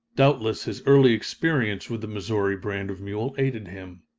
doubtless his early experience with the missouri brand of mule aided him.